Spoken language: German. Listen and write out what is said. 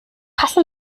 passen